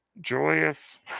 joyous